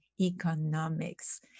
economics